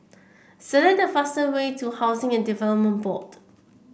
select the fastest way to Housing and Development Board